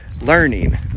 learning